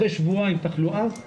אחרי שבועיים תחלואה,